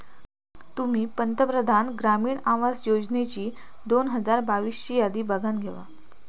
तुम्ही पंतप्रधान ग्रामीण आवास योजनेची दोन हजार बावीस ची यादी बघानं घेवा